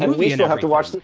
and we and have to watch.